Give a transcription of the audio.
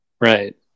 Right